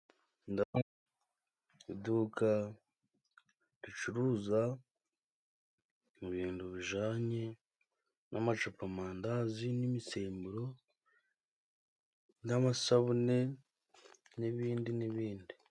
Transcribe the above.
Ndabona iduka ricuruza ibintu bijanye n'amacupamandazi, n'imisemburo, n'amasabune n'ibindi n'ibindi.